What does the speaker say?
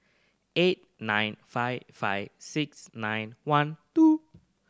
eight nine five five six nine one two